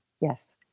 Yes